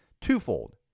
twofold